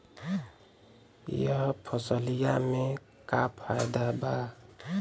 यह फसलिया में का फायदा बा?